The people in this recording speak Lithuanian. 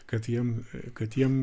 kad jiem kad jiem